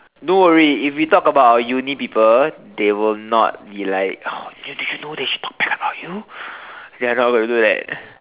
don't worry if we talk about our uni people they will not be like oh did you know that she talk bad about you they're not gonna do that